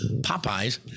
Popeyes